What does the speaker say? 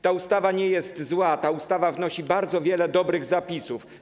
Ta ustawa nie jest zła, ta ustawa wnosi bardzo wiele dobrych zapisów.